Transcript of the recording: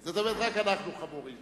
זאת אומרת, רק אנחנו חמורים.